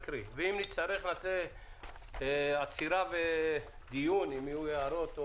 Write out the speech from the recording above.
אם נצטרך, נעשה עצירה לצורך דיון או הערות.